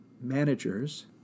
managers